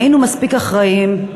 היינו מספיק אחראיים,